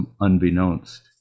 unbeknownst